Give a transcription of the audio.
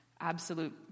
absolute